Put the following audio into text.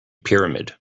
pyramid